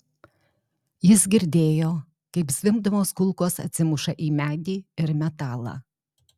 jis girdėjo kaip zvimbdamos kulkos atsimuša į medį ir metalą